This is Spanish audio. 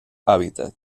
hábitat